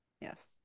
yes